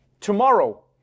tomorrow